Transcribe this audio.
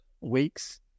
weeks